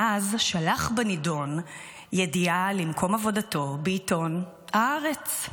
ואז שלח בנדון ידיעה למקום עבודתו בעיתון הארץ.